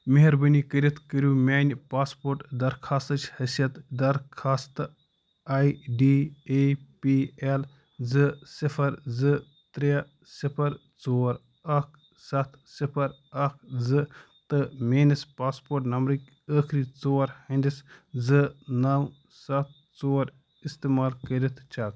مہربٲنی کٔرِتھ کٔرِو میٛانہِ پاسپورٹ درخوٛاستٕچ حیثیت درخوٛاستہٕ A D A P L زٕ صِفر زٕ ترٛےٚ صِفر ژور اکھ سَتھ صِفر اکھ زٕ تہٕ میٛٲنِس پاسپورٹ نبمرٕکۍ ٲخری ژور ہِنٛدِس زٕ نَو سَتھ ژور اِستعمال کٔرِتھ چیک